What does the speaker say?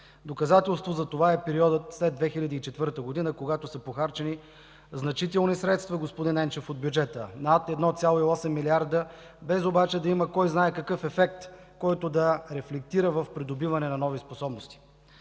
Доказателство за това е периодът след 2004 г., когато са похарчени значителни средства от бюджета, господин Енчев – над 1,8 милиарда, без обаче да има кой знае какъв ефект, който да рефлектира в придобиване на нови способности?